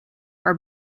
are